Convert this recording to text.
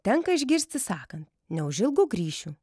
tenka išgirsti sakant neužilgo grįšiu